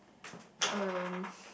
um